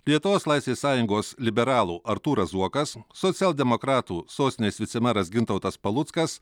lietuvos laisvės sąjungos liberalų artūras zuokas socialdemokratų sostinės vicemeras gintautas paluckas